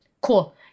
cool